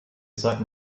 sollten